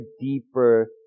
deeper